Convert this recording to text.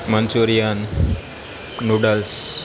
manchurian noodles